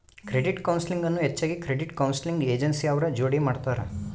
credit counselling ಅನ್ನು ಹೆಚ್ಚಾಗಿ credit counselling agency ಅವ್ರ ಜೋಡಿ ಮಾಡ್ತರ